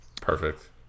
Perfect